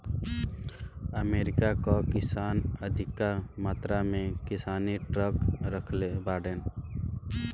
America कअ किसान अधिका मात्रा में किसानी ट्रक रखले बाड़न